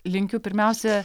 linkiu pirmiausia